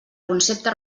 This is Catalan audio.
concepte